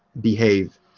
behave